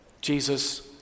Jesus